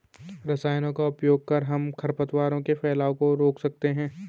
रसायनों का उपयोग कर हम खरपतवार के फैलाव को रोक सकते हैं